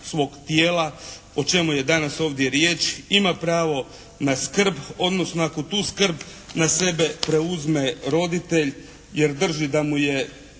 svog tijela o čemu je danas ovdje riječ, ima pravo na skrb, odnosno ako tu skrb na sebe preuzme roditelj, jer drži da mu je